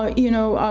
ah you know,